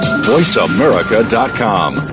VoiceAmerica.com